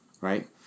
right